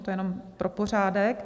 To jenom pro pořádek.